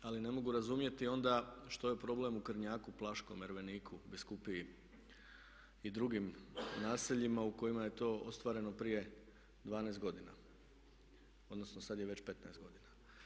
Ali ne mogu razumjeti onda što je problem u Krnjaku, Plaškom, Erveniku biskupiji i drugim naseljima u kojima je to ostvareno prije 12 godina, odnosno sada je već 15 godina.